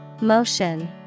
Motion